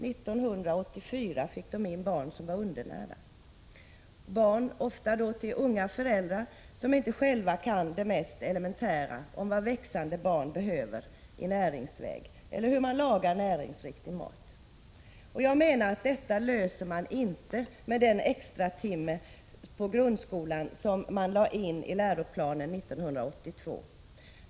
1984 fick de in barn som var undernärda — ofta barn till unga föräldrar, som inte själva kan det mest elementära om vad växande barn behöver i näringsväg eller hur man lagar näringsriktig mat. Jag menar att man inte löser dessa problem med den extratimme på grundskolan som lades in i läroplanen 1982.